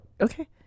Okay